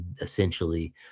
essentially